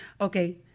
Okay